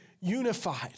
unified